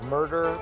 Murder